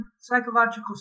psychological